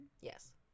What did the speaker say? Yes